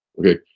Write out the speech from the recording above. okay